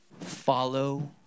follow